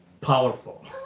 powerful